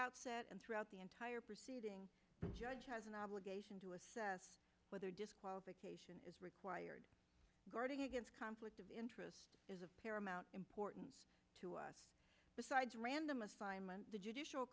outset and throughout the entire proceeding judge has an obligation to assess whether disqualification is required guarding against conflict of interest is of paramount importance to us besides random assignment the judicial